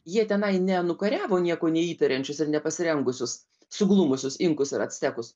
jie tenai nenukariavo nieko neįtariančius ir nepasirengusius suglumusius inkus ir actekus